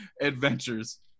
adventures